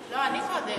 לא, אני קודם.